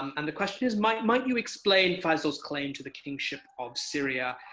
and the question is, might might you explain faisal's claim to the kingship of syria?